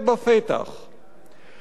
עמיתי חברי הכנסת,